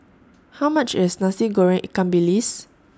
How much IS Nasi Goreng Ikan Bilis